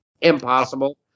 Impossible